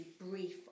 brief